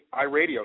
iRadio